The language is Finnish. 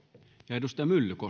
arvoisa